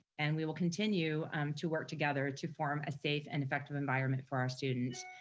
and we will continue to work together to form a safe and effective environment for our students.